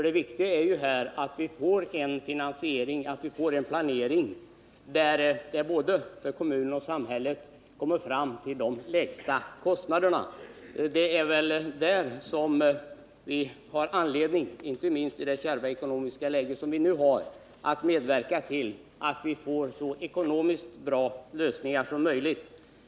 Det viktiga är ju att planeringen och finansieringen utformas så att kostnaderna blir de lägsta möjliga både för kommunen och för samhället. Vi har inte minst i dagens kärva ekonomiska läge anledning att medverka till att lösningarna ekonomiskt blir så förmånliga som möjligt.